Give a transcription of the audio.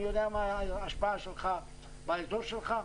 אני יודע מה ההשפעה שלך באזור שלך.